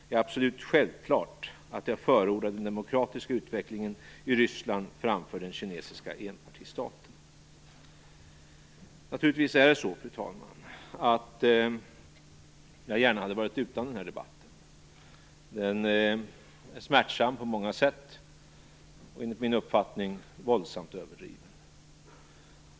Det är absolut självklart att jag förordar den demokratiska utvecklingen i Ryssland framför den kinesiska enpartistaten. Fru talman! Det är naturligtvis så att jag gärna hade varit utan den här debatten. Den är smärtsam på många sätt, och enligt min uppfattning våldsamt överdriven.